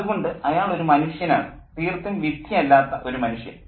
അതുകൊണ്ട് അയാൾ ഒരു മനുഷ്യനാണ് തീർത്തും വിഡ്ഢിയല്ലാത്ത ഒരു മനുഷ്യൻ